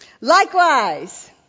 Likewise